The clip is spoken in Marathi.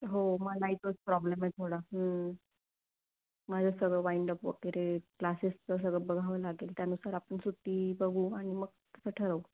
हो मलाही तोच प्रॉब्लेम आहे थोडा माझं सगळं वाईंडअप वगैरे क्लासेसचं सगळं बघावं लागेल त्यानुसार आपण सुट्टी बघू आणि मग तसं ठरवू